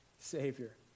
Savior